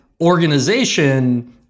organization